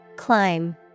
Climb